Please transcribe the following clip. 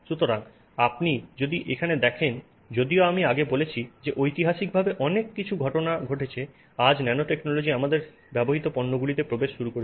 সুতরাং আপনি যদি এখানে দেখেন যদিও আমি আগে বলেছি যে ঐতিহাসিকভাবে অনেক কিছু ঘটেছে আজ ন্যানোটেকনোলজি আমাদের ব্যবহৃত পণ্যগুলিতে প্রবেশ শুরু করেছে